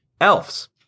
Elves